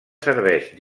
serveix